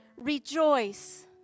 rejoice